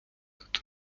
хто